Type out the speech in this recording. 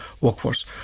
workforce